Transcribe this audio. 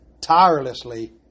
tirelessly